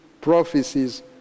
prophecies